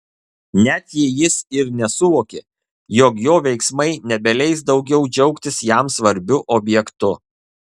net jei jis ir nesuvokė jog jo veiksmai nebeleis daugiau džiaugtis jam svarbiu objektu